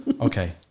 Okay